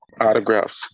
autographs